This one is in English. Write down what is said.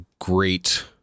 great